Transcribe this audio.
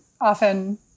often